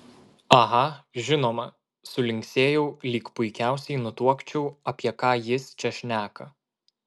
aha žinoma sulinksėjau lyg puikiausiai nutuokčiau apie ką jis čia šneka